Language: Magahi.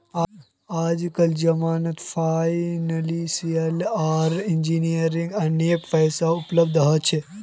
आजकल जमानत फाइनेंसियल आर इंजीनियरिंग अनेक पैसा उपलब्ध हो छे